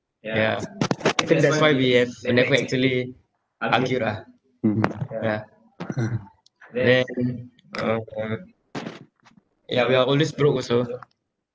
yeah I think that's why we have never actually argued ah yeah then uh uh ya we are always broke also